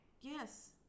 yes